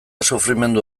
sufrimendu